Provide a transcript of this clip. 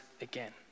again